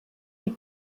die